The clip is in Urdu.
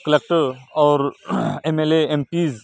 کلیکٹر اور M L A M Ps